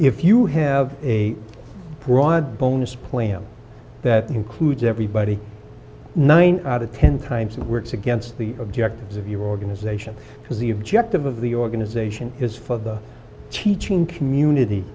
if you have a broad bonus plan that includes everybody nine dollars out of ten times it works against the objectives of your organization because the objective of the organization is for the teaching community